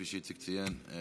כפי שאיציק ציין,